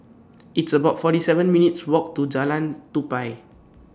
It's about forty seven minutes' Walk to Jalan Tupai